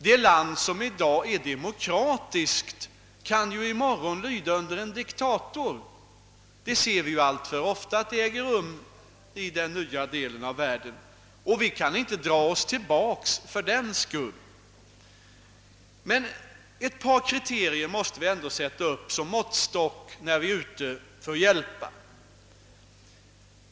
Ett land som i dag är demokratiskt kan ju i morgon lyda under en diktator. Vi ser ju alltför ofta att en sådan omvälvning äger rum i den nya delen av världen, och vi kan då inte dra oss tillbaka fördenskull. Men ett par kriterier måste vi ändå sätta upp som måttstock, när vi är ute för att hjälpa.